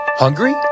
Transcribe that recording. Hungry